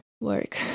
work